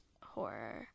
horror